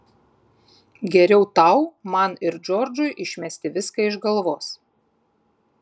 geriau tau man ir džordžui išmesti viską iš galvos